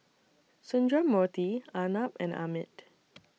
Sundramoorthy Arnab and Amit